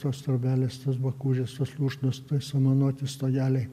tos trobelės tos bakūžės tos lūšnos samanoti stogeliai